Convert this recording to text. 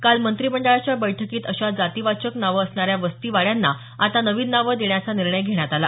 काल मंत्रिमंडळाच्या बैठकीत अशा जातीवाचक नावं असणाऱ्या वस्ती वाड्यांना आता नवीन नावं देण्याचा निर्णय घेण्यात आला